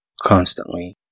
constantly